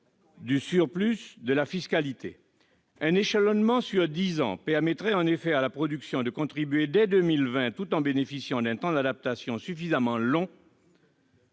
du surplus de la fiscalité. Un échelonnement sur dix ans permettrait en effet à la production de contribuer dès 2020, tout en bénéficiant d'un temps d'adaptation suffisamment long